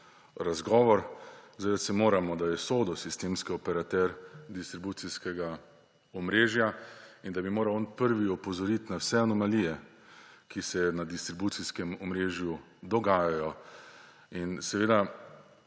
razgovor. Zavedati se moramo, da je SODO sistemski operater distribucijskega omrežja in da bi moral on prvi opozoriti na vse anomalije, ki se na distribucijskem omrežju dogajajo. In seveda,